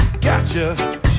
gotcha